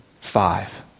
five